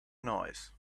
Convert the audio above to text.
noise